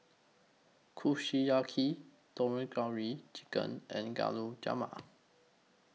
Kushiyaki Tandoori Chicken and Gulab Jamun